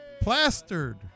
Plastered